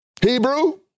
Hebrew